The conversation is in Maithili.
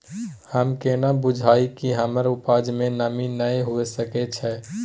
हम केना बुझीये कि हमर उपज में नमी नय हुए सके छै?